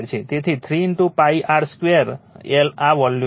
તેથી 3 pi r 2 l આ volume છે